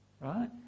right